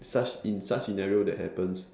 such in such scenario that happens